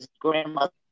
grandmother